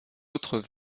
autres